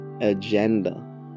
agenda